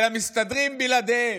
של "מסתדרים בלעדיהם",